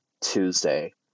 Tuesday